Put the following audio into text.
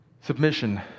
Submission